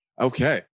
Okay